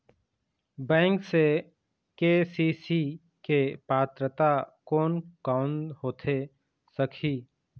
Bank से KCC के पात्रता कोन कौन होथे सकही?